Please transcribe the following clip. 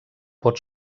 pot